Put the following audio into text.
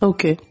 Okay